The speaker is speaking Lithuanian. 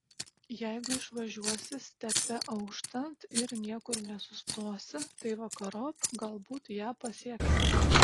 jeigu išvažiuosi stepe auštant ir niekur nesustosi tai vakarop galbūt ją pasieksi